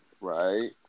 Right